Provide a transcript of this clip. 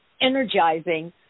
energizing